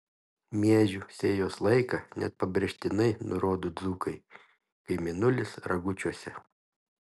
miežių sėjos laiką net pabrėžtinai nurodo dzūkai kai mėnulis ragučiuose